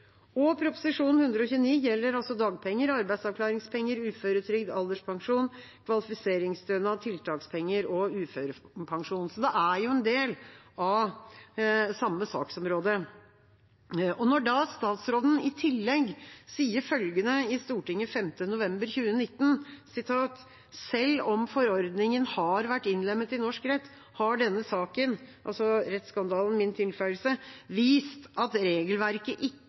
Og Prop. 129 L gjelder altså dagpenger, arbeidsavklaringspenger, uføretrygd, alderspensjon, kvalifiseringsstønad, tiltakspenger og uførepensjon, så det er jo en del av det samme saksområdet. Statsråden sier i tillegg følgende i Stortinget 5. november 2019: «Selv om forordningen har vært innlemmet i norsk rett, har denne saken» – altså rettsskandalen – «vist at regelverket